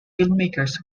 filmmakers